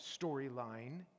storyline